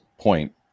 point